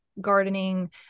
gardening